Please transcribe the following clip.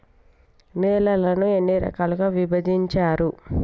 నేలలను ఎన్ని రకాలుగా విభజించారు?